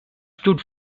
stood